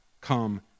come